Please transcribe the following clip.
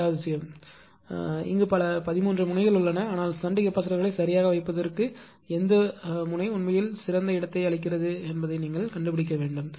இரண்டாவது விஷயம் என்னவென்றால் இங்கு பல பதின்மூன்று முனைகள் உள்ளன ஆனால் ஷன்ட் கெப்பாசிட்டர்களை சரியாக வைப்பதற்கு எந்த முனை உண்மையில் சிறந்த இடத்தை அளிக்கிறது என்பதை நீங்கள் கண்டுபிடிக்க வேண்டும்